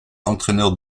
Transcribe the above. entraîneur